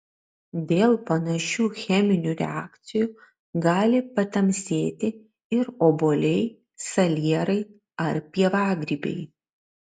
dėl panašių cheminių reakcijų gali patamsėti ir obuoliai salierai ar pievagrybiai